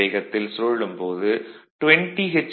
வேகத்தில் சுழலும் போது 20 எச்